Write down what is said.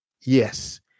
Yes